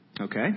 Okay